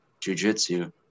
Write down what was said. jujitsu